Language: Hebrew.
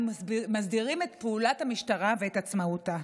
המסדירים את פעולת המשטרה ואת עצמאותה?